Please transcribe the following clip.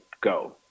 go